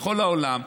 בכל העולם,